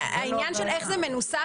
העניין של איך זה מנוסח,